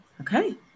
Okay